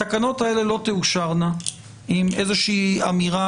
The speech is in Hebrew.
התקנות האלה לא תאושרנה עם איזושהי אמירה